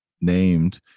named